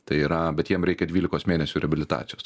tai yra bet jiem reikia dvylikos mėnesių reabilitacijos